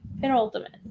penultimate